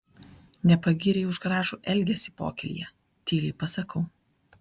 nepagyrei už gražų elgesį pokylyje tyliai pasakau